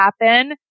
happen